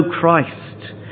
Christ